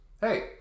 hey